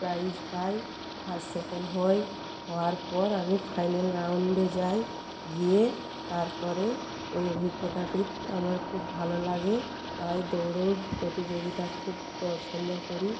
prize পাই first second হই হওয়ার পর আমি ফাইনাল রাউন্ডে যাই গিয়ে তারপরে ওই অভিজ্ঞতাটি আমার খুব ভালো লাগে তাই দৌড়ের প্রতিযোগিতা খুব পছন্দ করি